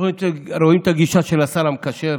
אנחנו רואים את הגישה של השר המקשר,